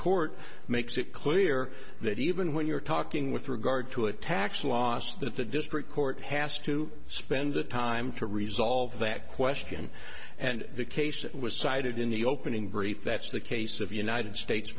court makes it clear that even when you're talking with regard to a tax loss that the district court has to spend the time to resolve that question and the case that was cited in the opening brief that's the case of united states